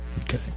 Okay